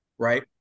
Right